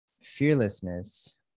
fearlessness